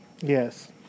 Yes